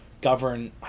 govern